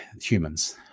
humans